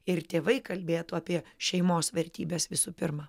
ir tėvai kalbėtų apie šeimos vertybes visų pirma